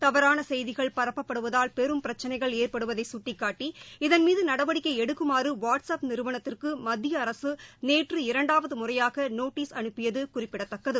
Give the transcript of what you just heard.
தவறாள செய்திகள் பரப்பப்படுவதால் பெரும் பிரச்சனைகள் ஏற்படுவதை சுட்டிக்காட்டி இதன் மீது நடவடிக்கை எடுக்குமாறு வாட்ஸ்ஆப் நிறுவனத்திற்கு மத்திய அரசு நேற்று இரண்டாவது முறையாக நோட்டீஸ் அனுப்பியது குறிப்பிடத்தக்கது